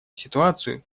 ситуацию